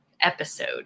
episode